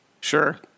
Sure